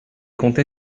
compté